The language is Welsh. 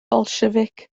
bolsiefic